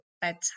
bedtime